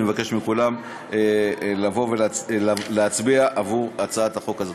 אני מבקש מכולם לבוא ולהצביע בעד הצעת החוק הזאת.